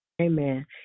Amen